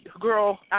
girl